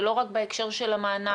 זה לא רק בהקשר של המענק,